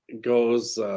goes –